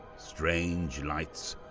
strange lights,